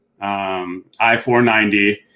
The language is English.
I-490